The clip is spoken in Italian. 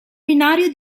binario